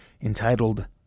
entitled